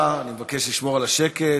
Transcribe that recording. זהבה, אני מבקש לשמור על השקט.